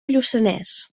lluçanès